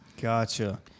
gotcha